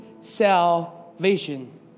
salvation